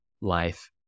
life